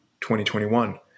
2021